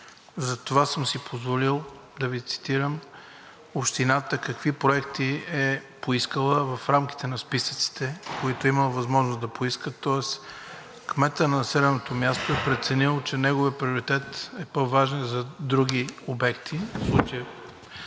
Затова съм си позволил да Ви цитирам общината какви проекти е поискала в рамките на списъците, които е имала възможност да поиска, тоест кметът на населеното място е преценил, че неговият приоритет е по-важен за други обекти, в случая